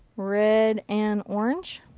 red and orange.